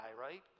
right